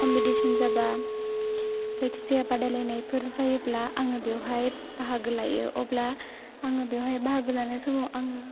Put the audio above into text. competition जाबा जायखिजाया बादायलायनायफोर जायोब्ला आङो बेहाय बाहागो लायो अब्ला आङो बेहाय बाहागो लानाय समाव आङो